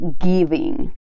giving